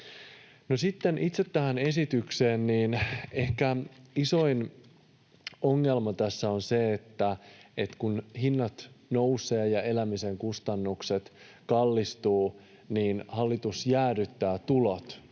itse tähän esitykseen. Ehkä isoin ongelma tässä on se, että kun hinnat nousevat ja elämisen kustannukset kallistuvat, niin hallitus jäädyttää tulot